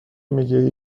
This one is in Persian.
میگه